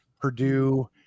Purdue